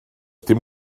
dim